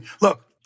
look